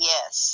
Yes